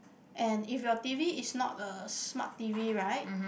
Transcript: and if your T_V is not a smart T_V right